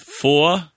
four